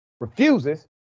refuses